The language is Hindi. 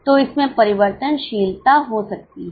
तो इसमें परिवर्तनशीलता हो सकती है